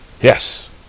Yes